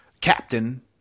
captain